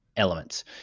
elements